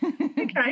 Okay